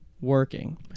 working